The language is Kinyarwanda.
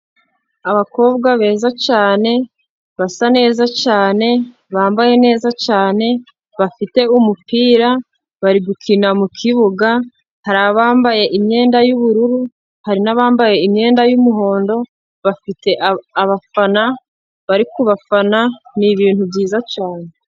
Abakobwa beza cyane, basa neza cyane, bambaye neza cyane, bafite umupira bari gukina mukibuga. Hari abambaye imyenda y'ubururu, hari n'abambaye imyenda y'umuhondo. Bafite abafana bari ku bafana. Ni ibintu byiza cyane.